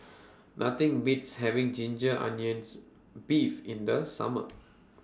Nothing Beats having Ginger Onions Beef in The Summer